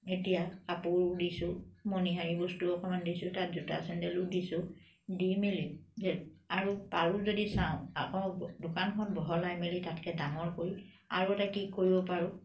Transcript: এতিয়া কাপোৰ দিছোঁ মণিহাৰী বস্তু অকমান দিছোঁ তাত জোতা চেণ্ডেলো দিছোঁ দি মেলি আৰু পাৰোঁ যদি চাওঁ আকৌ দোকানখন বহলাই মেলি তাতকে ডাঙৰ কৰি আৰু এটা কি কৰিব পাৰোঁ